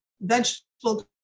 vegetable